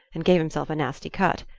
and gave himself a nasty cut.